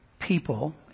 people